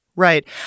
Right